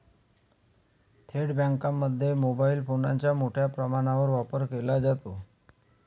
थेट बँकांमध्ये मोबाईल फोनचा मोठ्या प्रमाणावर वापर केला जातो